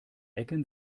ecken